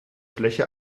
fläche